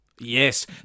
yes